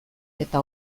eta